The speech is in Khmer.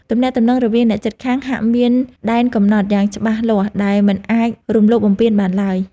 ទំនាក់ទំនងរវាងអ្នកជិតខាងហាក់មានដែនកំណត់យ៉ាងច្បាស់លាស់ដែលមិនអាចរំលោភបំពានបានឡើយ។